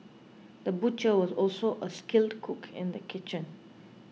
the butcher was also a skilled cook in the kitchen